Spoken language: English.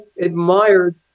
admired